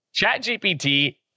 ChatGPT